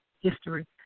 history